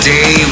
day